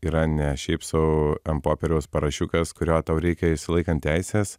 yra ne šiaip su ant popieriaus parašiukas kurio tau reikia išsilaikant teises